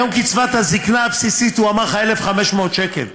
היום קצבת הזקנה הבסיסית, הוא אמר לך, 1,500 שקל.